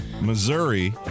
Missouri